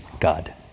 God